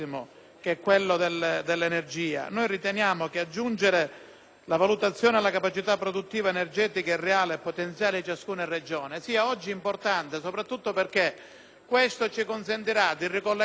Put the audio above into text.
la valutazione della capacità produttiva energetica reale e potenziale di ciascuna Regione sia oggi importante, soprattutto perché ciò ci consente di ricollegarci con gli articoli successivi. Alcune Regioni pagano infatti un prezzo più alto;